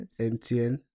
MTN